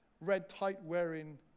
red-tight-wearing